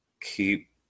keep